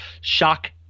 Shock